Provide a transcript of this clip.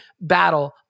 battle